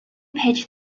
pitch